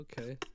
Okay